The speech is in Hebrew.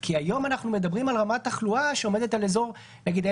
כי היום אנחנו מדברים על רמת תחלואה שעומדת על אזור 1,300-1,4000,